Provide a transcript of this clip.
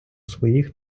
своїх